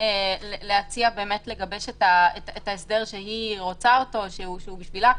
להציע לגבש את ההסדר שהיא רוצה, שהוא בשבילה.